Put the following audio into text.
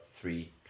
three